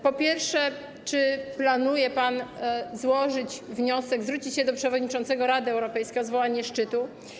Po pierwsze, czy planuje pan złożyć wniosek, zwrócić się do przewodniczącego Rady Europejskiej o zwołanie szczytu?